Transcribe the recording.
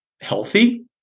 healthy